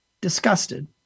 Disgusted